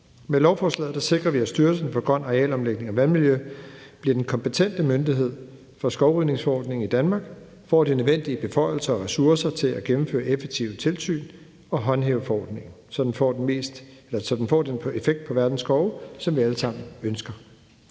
Med lovforslaget sikrer vi, at Styrelsen for Grøn Arealomlægning og Vandmiljø bliver den kompetente myndighed for skovrydningsforordningen i Danmark og får de nødvendige beføjelser og ressourcer til at gennemføre effektive tilsyn og håndhæve forordningen, så den får den effekt på verdens skove, som vi alle sammen ønsker.